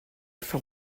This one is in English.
for